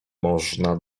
można